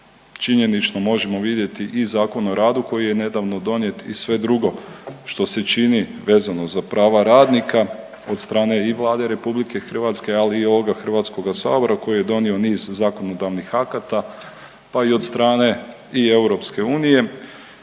činjenično možemo vidjeti i ZOR koji je nedavno donijet i sve drugo što se čini vezano za prava radnika od strane i Vlade RH, ali i ovoga HS-a koji je donio niz zakonodavnih akata, pa i od strane i EU i gdje